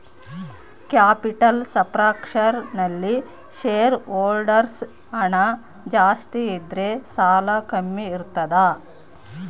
capital structure ನಲ್ಲಿ share holders ಹಣ ಜಾಸ್ತಿ ಇದ್ದರೆ ಸಾಲ ಕಮ್ಮಿ ಇರ್ತದ